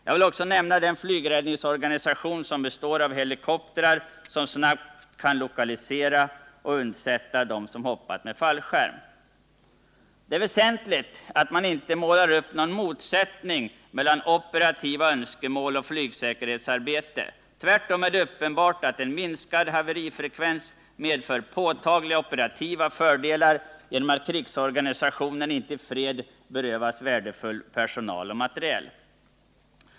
Jag vill också nämna den flygräddningsorganisation som består av helikoptrar som snabbt kan lokalisera och undsätta den som hoppat med fallskärm. Det är väsentligt att man inte målar upp någon motsättning mellan operativa önskemål och flygsäkerhetsarbete. Tvärtom är det uppenbart att en minskad haverifrekvens medför påtagliga operativa fördelar genom att krigsorganisationen inte i fred berövas värdefull personal och materiel.